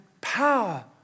power